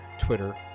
Twitter